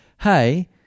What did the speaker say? hey